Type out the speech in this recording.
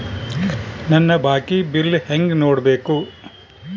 ನನ್ನ ಬಾಕಿ ಬಿಲ್ ಹೆಂಗ ನೋಡ್ಬೇಕು?